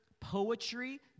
poetry